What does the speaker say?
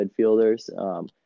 midfielders